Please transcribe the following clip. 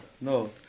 no